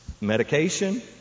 medication